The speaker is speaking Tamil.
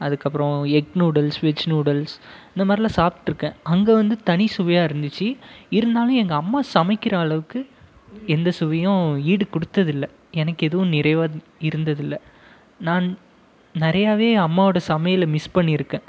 அதுக்கப்புறம் எக் நூடுல்ஸ் வெஜ் நூடுல்ஸ் இந்தமாதிரிலாம் சாப்பிட்ருக்கேன் அங்கே வந்து தனி சுவையாக இருந்துச்சு இருந்தாலும் எங்கே அம்மா சமைக்கிற அளவுக்கு எந்த சுவையும் ஈடு கொடுத்ததில்ல எனக் எதுவும் நிறைவாக இருந்ததில்லை நான் நிறையாவே அம்மாவோட சமையலை மிஸ் பண்ணியிருக்கேன்